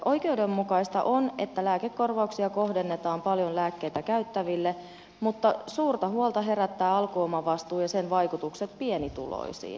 oikeudenmukaista on että lääkekorvauksia kohdennetaan paljon lääkkeitä käyttäville mutta suurta huolta herättää alkuomavastuu ja sen vaikutukset pienituloisiin